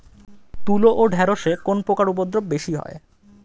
তুলো ও ঢেঁড়সে কোন পোকার উপদ্রব বেশি হয়?